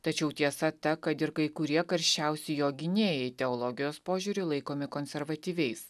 tačiau tiesa ta kad ir kai kurie karščiausi jo gynėjai teologijos požiūriu laikomi konservatyviais